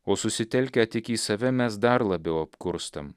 o susitelkę tik į save mes dar labiau apkurstam